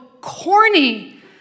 corny